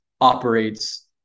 operates